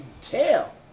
tell